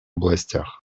областях